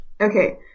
Okay